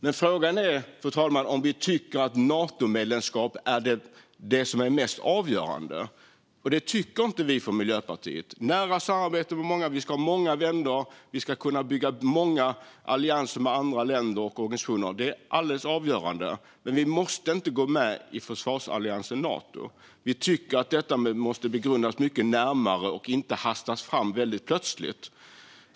Men frågan är, fru talman, om vi tycker att Natomedlemskap är det mest avgörande. Det tycker inte vi i Miljöpartiet. Det som är avgörande är att vi ska ha ett nära samarbete med många, vi ska ha många vänner och vi ska bygga många allianser med andra länder och organisationer. Men vi måste inte gå med i försvarsalliansen Nato. Vi tycker att detta måste begrundas närmare och inte hastas fram plötsligt.